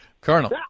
Colonel